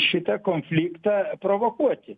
šitą konfliktą provokuoti